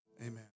Amen